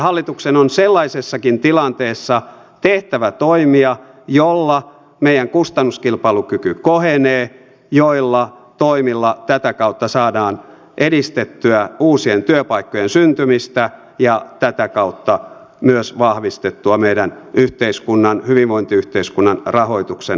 hallituksen on sellaisessakin tilanteessa tehtävä toimia joilla meidän kustannuskilpailukyky kohenee joilla toimilla tätä kautta saadaan edistettyä uusien työpaikkojen syntymistä ja tätä kautta myös vahvistettua meidän hyvinvointiyhteiskunnan rahoituksen perustaa